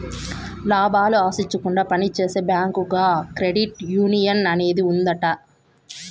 లాభాలు ఆశించకుండా పని చేసే బ్యాంకుగా క్రెడిట్ యునియన్ అనేది ఉంటది